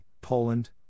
Poland